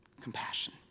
Compassion